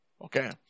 Okay